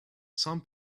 some